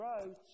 wrote